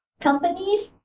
companies